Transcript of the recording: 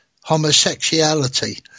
homosexuality